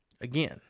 again